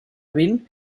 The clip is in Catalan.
vint